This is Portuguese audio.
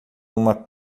uma